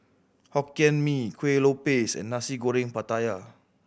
Hokkien Mee Kuih Lopes and Nasi Goreng Pattaya